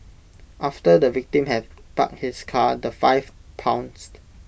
after the victim had parked his car the five pounced